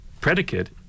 predicate